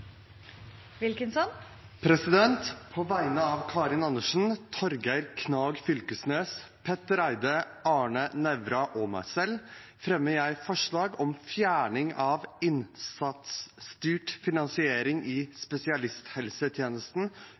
Wilkinson vil fremsette et representantforslag. På vegne av representantene Karin Andersen, Torgeir Knag Fylkesnes, Petter Eide, Arne Nævra og meg selv fremmer jeg forslag om fjerning av innsatsstyrt finansiering i spesialisthelsetjenesten